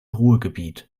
ruhrgebiet